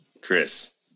Chris